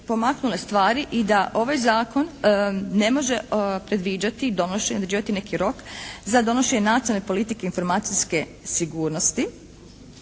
pomaknule stvari i da ovaj zakon ne može predviđati donošenje, određivati neki rok za donošenje Nacionalne politike informacijske sigurnosti.